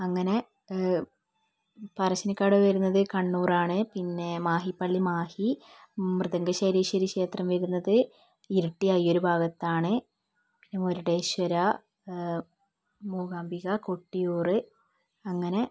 അങ്ങനെ പറശ്ശിനിക്കടവ് വരുന്നത് കണ്ണൂരാണ് പിന്നെ മാഹിപ്പള്ളി മാഹി മൃദംഗ ശൈലേശ്വരി ക്ഷേത്രം വരുന്നത് ഇരുട്ടി അയ്യരു ഭാഗത്താണ് പിന്നെ മുരുഡേശ്വര മൂകാംബിക കൊട്ടിയൂർ അങ്ങനെ